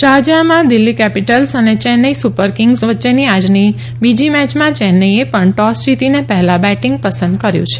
શારજાહમાં Delhi Capitals અને Chennai Super Kings વચ્ચેની આજની બીજી મેચમાં ચેન્નાઇએ પણ ટોસ જીતીને પહેલાં બેટીંગ પસંદ કર્યું છે